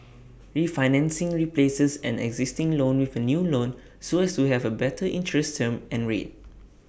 refinancing replaces an existing loan with A new loan so as to have A better interest term and rate